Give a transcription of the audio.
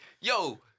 Yo